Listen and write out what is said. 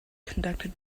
conducted